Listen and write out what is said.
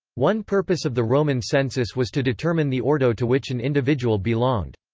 one purpose of the roman census was to determine the ordo to which an individual belonged.